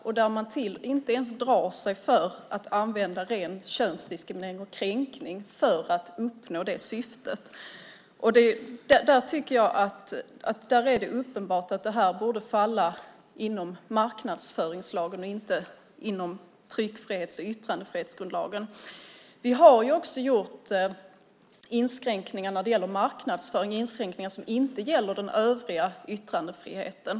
Man drar sig inte ens för att använda ren könsdiskriminering och kränkning för att uppnå det syftet. Det är uppenbart att det borde falla inom marknadsföringslagen och inte inom tryckfrihetsförordningen och yttrandefrihetsgrundlagen. Vi har också gjort inskränkningar när det gäller marknadsföring som inte gäller den övriga yttrandefriheten.